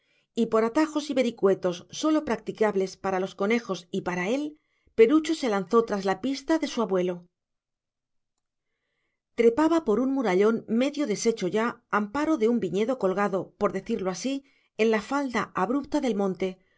y por atajos y vericuetos sólo practicables para los conejos y para él perucho se lanzó tras la pista de su abuelo trepaba por un murallón medio deshecho ya amparo de un viñedo colgado por decirlo así en la falda abrupta del monte